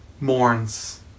mourns